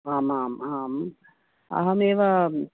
आम् आम् आम् अहमेव